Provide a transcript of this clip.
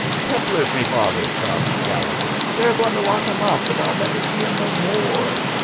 keppler's me father, sobbed gallegher. they're a-goin' to lock him up, and i'll never see him no more.